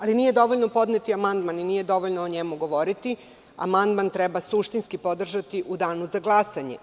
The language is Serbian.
Ali, nije dovoljno podneti amandman i nije dovoljno o njemu govoriti, amandman treba suštinski podržati u Danu za glasanje.